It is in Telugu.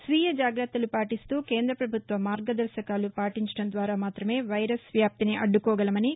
స్వీయ జాగ్రత్తలు పాటిస్తూ కేంద్ర పభుత్వ మార్గదర్శకాలు పాటించడం ద్వారా మాతమే వైరస్ వ్యాప్తిని అద్దుకోగలమని